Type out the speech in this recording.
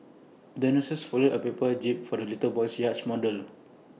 the nurse folded A paper jib for the little boy's yacht model